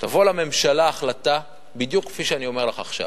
תובא לממשלה החלטה בדיוק כפי שאני אומר לך עכשיו,